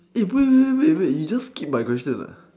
wait wait wait wait wait wait you just skipped my question lah